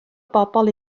bobl